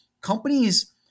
companies